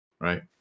right